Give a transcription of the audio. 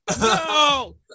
no